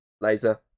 laser